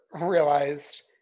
realized